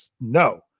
No